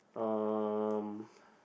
um